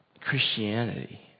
Christianity